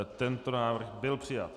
Tento návrh byl přijat.